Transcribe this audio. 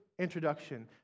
introduction